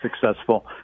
successful –